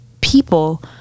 people